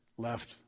Left